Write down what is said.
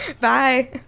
Bye